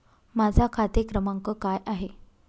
माझा खाते क्रमांक काय आहे?